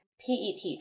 pet